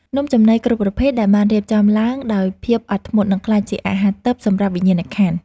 នំចំណីគ្រប់ប្រភេទដែលបានរៀបចំឡើងដោយភាពអត់ធ្មត់នឹងក្លាយជាអាហារទិព្វសម្រាប់វិញ្ញាណក្ខន្ធ។